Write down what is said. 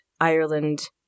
Ireland